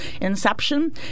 inception